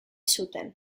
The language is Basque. zuten